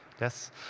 yes